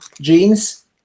jeans